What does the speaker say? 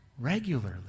regularly